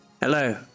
hello